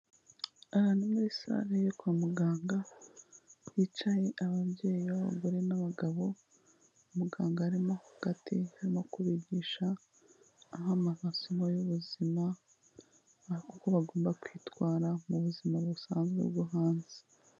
Ahantu muri sale yo kwa muganga, hicaye ababyeyi b'abagore n'abagabo, umuganga arimo hagati arimo kubigisha, aba amasomo y'ubuzima uko bagomba kwitwara mu buzima busanzwe bwo hanze.